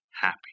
happy